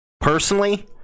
Personally